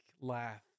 laugh